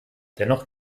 dennoch